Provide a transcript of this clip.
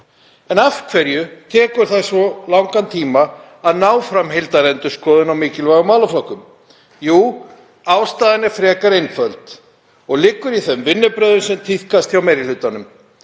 En af hverju tekur svo langan tíma að ná fram heildarendurskoðun á mikilvægum málaflokkum? Jú, ástæðan er frekar einföld og liggur í þeim vinnubrögðum sem tíðkast hjá meiri hlutanum.